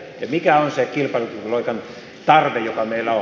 mikä on sen kilpailukykyloikan tarve joka meillä on